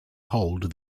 hold